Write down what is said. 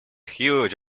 huge